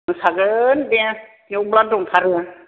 मोसागोन दे मेल्ला दंथारो